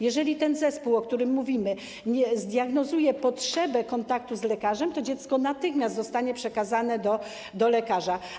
Jeżeli ten zespół, o którym mówimy, zdiagnozuje potrzebę kontaktu z lekarzem, to dziecko natychmiast zostanie przekazane do lekarza.